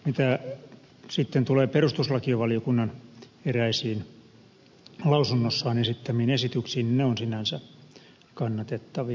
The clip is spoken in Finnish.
mitä sitten tulee perustuslakivaliokunnan eräisiin lausunnossaan esittämiin esityksiin niin ne ovat sinänsä kannatettavia